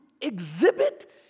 exhibit